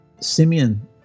Simeon